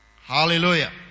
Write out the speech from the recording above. Hallelujah